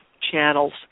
channels